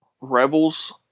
Rebels